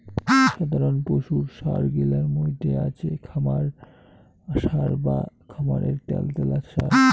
সাধারণ পশুর সার গিলার মইধ্যে আছে খামার সার বা খামারের ত্যালত্যালা সার